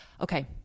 Okay